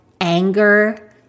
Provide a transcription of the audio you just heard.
anger